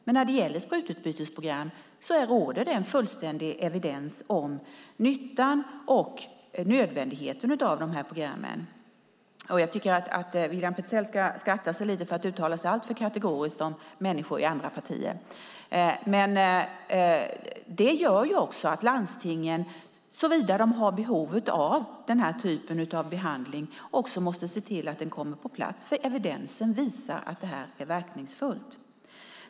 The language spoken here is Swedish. Men när det gäller sprututbytesprogram råder det en fullständig evidens om nyttan och nödvändigheten av de här programmen - jag tycker att William Petzäll ska akta sig lite för att uttala sig alltför kategoriskt om människor i andra partier. Detta gör också att landstingen, såvida de har behov av den här typen av behandling, måste se till att den kommer på plats. Det finns nämligen evidens för att det här är verkningsfullt.